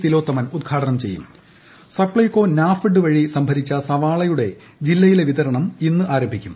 തിലോത്തമൻ ഉദ്ഘാടനം ചെയ്യുട് സ്പ്പെകോ നാഫെഡ് വഴി സംഭരിച്ച സവാളയുടെ ജില്ലയ്ടില്ല് ൂവിതരണം ഇന്നാരംഭിക്കും